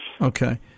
Okay